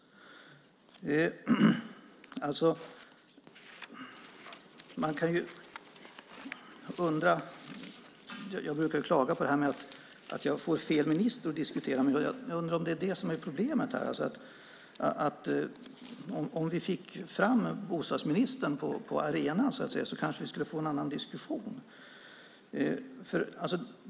Jag brukar klaga på att jag får fel minister att diskutera med. Jag undrar om det är problemet här. Om vi fick fram bostadsministern på arenan kanske vi skulle få en annan diskussion.